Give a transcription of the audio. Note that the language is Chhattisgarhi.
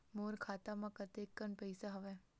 मोर खाता म कतेकन पईसा हवय?